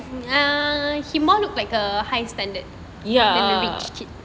ya